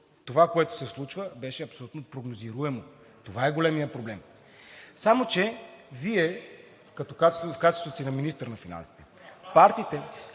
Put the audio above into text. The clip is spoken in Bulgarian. това, което се случва, беше абсолютно прогнозируемо. Това е големият проблем. Само че Вие в качеството си на министър на финансите, партиите…